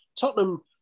Tottenham